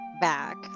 back